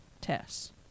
tests